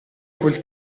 quel